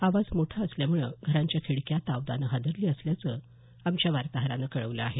आवाज मोठा असल्यामुळे घरांच्या खिडक्या तावदानं हादरली असल्याचं आमच्या वार्ताहरानं कळवलं आहे